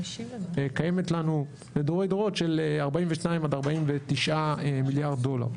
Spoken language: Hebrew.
שקיימת לנו לדורי דורות של 42 עד 49 מיליארד דולר.